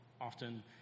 often